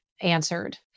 answered